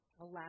Allow